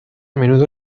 menudo